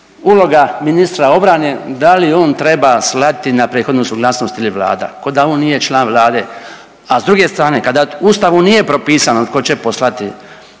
uloga ministra obrane da li on treba slati na prethodnu suglasnost ili Vlada, k'o da on nije član Vlade, a s druge strane, kada u Ustavu nije propisano tko će poslati